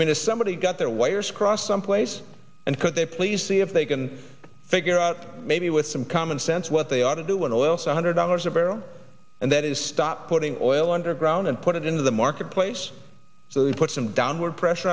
to somebody's got their wires crossed someplace and could they please see if they can figure out maybe with some common sense what they ought to do when oil so hundred dollars a barrel and that is stop putting oil underground and put it into the marketplace so we put some downward pressure